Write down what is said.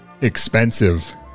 expensive